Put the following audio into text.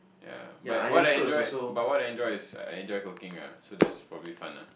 ya but what I enjoy but what I enjoy is I enjoy cooking ah so that's probably fun ah